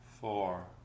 four